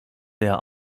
der